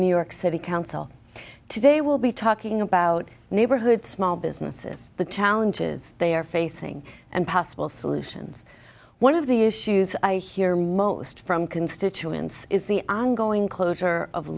new york city council today will be talking about neighborhood small businesses the challenges they are facing and possible solutions one of the issues i hear most from constituents is the ongoing closure of